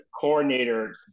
coordinator